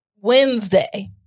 Wednesday